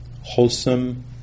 Wholesome